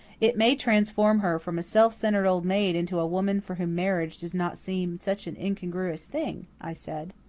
it may transform her from a self-centered old maid into a woman for whom marriage does not seem such an incongruous thing, i said.